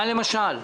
מה למשל?